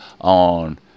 on